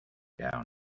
down